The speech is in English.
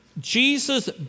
Jesus